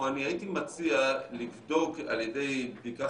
או אני הייתי מציע לבדוק על ידי בדיקה